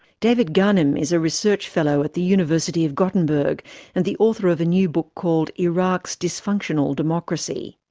david ghanim is a research fellow at the university of gothenburg and the author of a new book called iraq's dysfunctional democracy.